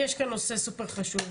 יש כאן נושא סופר חשוב.